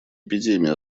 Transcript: эпидемии